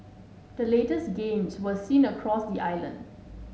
the latest gains were seen across the island